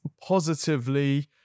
positively